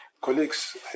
colleagues